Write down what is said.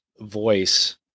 voice